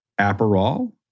Aperol